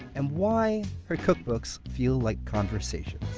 and why her cookbooks feel like conversations.